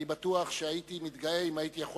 אני בטוח שהייתי מתגאה אם הייתי יכול